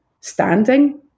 standing